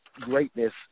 greatness